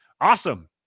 awesome